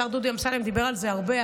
השר דודי אמסלם דיבר על זה הרבה,